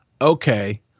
okay